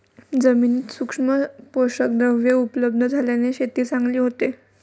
जमिनीत सूक्ष्म पोषकद्रव्ये उपलब्ध झाल्याने शेती चांगली होते